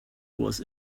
was